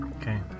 Okay